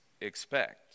expect